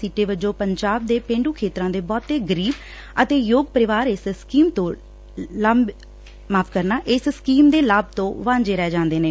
ਸਿੱਟੇ ਵਜੋ ਪੰਜਾਬ ਦੇ ਪੇਂਡੂ ਖੇਤਰਾਂ ਦੇ ਬਹੁਤੇ ਗਰੀਬ ਅਤੇ ਯੋਗ ਪਰਿਵਾਰ ਇਸ ਸਕੀਮ ਦੇ ਲਾਭ ਤੋਂ ਵਾਂਝੇ ਰਹਿ ਜਾਂਦੇ ਨੇ